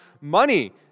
money